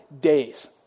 days